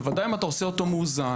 בוודאי אם אתה עושה אותו מאוזן,